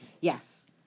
yes